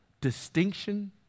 distinction